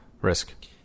Risk